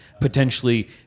potentially